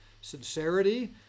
sincerity